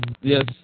Yes